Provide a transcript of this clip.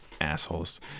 assholes